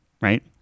right